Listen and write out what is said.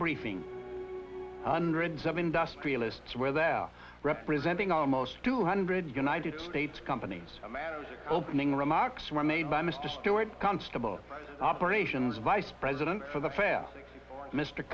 briefing hundreds of industrialists where there representing almost two hundred going i did states companies a man opening remarks were made by mr stewart constable operations vice president for the fair mr